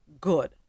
good